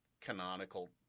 canonical